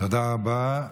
תודה רבה.